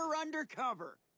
undercover